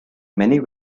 many